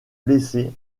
blessé